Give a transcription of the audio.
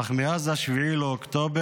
אך מאז 7 לאוקטובר